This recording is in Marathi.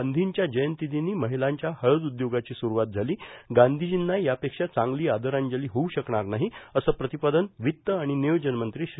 गांधींच्या जयंतीदिनी महिलांच्या हळद उद्योगाची सुरुवात झाली गांधीजींना यापेक्षा चांगली आदरांजली होऊ शकणार नाही असं प्रतिपादन वित्त आणि नियोजन मंत्री श्री